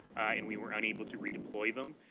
and we were unable to redeploy them,